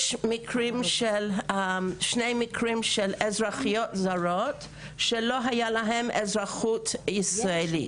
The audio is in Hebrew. יש גם שני מקרים של אזרחיות זרות שלא הייתה להן אזרחות ישראלית.